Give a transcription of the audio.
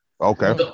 Okay